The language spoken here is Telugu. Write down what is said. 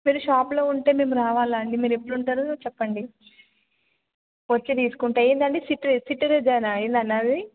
సరే షాపులో ఉంటే మేము రావాలా అండి మీరు ఎప్పుడు ఉంటారో చెప్పండి వచ్చి తీసుకుంటాను ఏందండి సిట్రజినా ఏందన్నారది